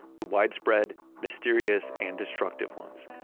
the widespread, mysterious, and destructive ones.